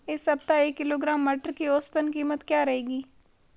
इस सप्ताह एक किलोग्राम मटर की औसतन कीमत क्या रहेगी?